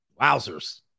Wowzers